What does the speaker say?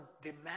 demand